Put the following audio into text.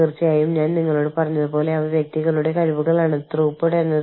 അന്താരാഷ്ട്ര മാനവ വിഭവശേഷി പ്രവർത്തനങ്ങളുടെ യഥാർത്ഥ ആഗോളവൽക്കരണവും സ്റ്റാൻഡേർഡൈസേഷനും